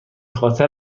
خاطر